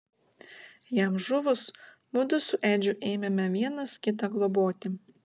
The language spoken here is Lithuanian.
jam žuvus mudu su edžiu ėmėme vienas kitą globoti